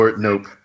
nope